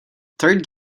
third